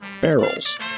barrels